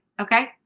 Okay